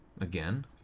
again